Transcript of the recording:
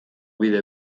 bide